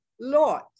Lord